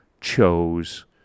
chose